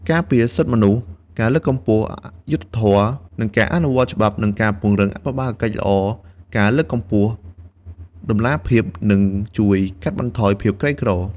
ការពារសិទ្ធិមនុស្ស ការលើកកម្ពស់យុត្តិធម៌ និងការអនុវត្តច្បាប់ និងពង្រឹងអភិបាលកិច្ចល្អ ការលើកកម្ពស់តម្លាភាព និងជួយកាត់បន្ថយភាពក្រីក្រ។